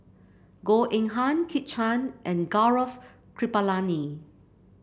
Goh Eng Han Kit Chan and Gaurav Kripalani